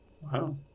Wow